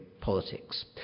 politics